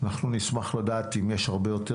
אנחנו נשמח לדעת אם יש הרבה יותר,